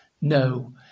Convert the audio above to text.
no